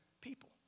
people